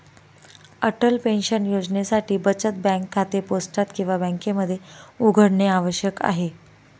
Atal pension योजनेसाठी बचत bank खाते पोस्टात किंवा बँकेमध्ये उघडणे आवश्यक आहे